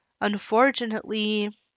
unfortunately